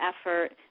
effort